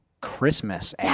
Christmas